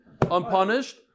unpunished